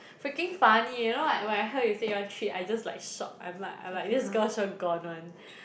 freaking funny eh you know what when I when I heard you said you want treat I just like shock I'm like I'm like this girl sure gone [one]